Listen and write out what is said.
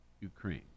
Ukraine